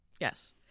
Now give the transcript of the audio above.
Yes